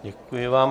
Děkuji vám.